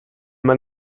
man